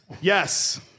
Yes